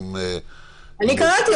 צריך --- אם זו בקשה פנימית של הכנסת,